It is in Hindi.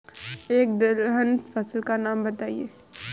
एक दलहन फसल का नाम बताइये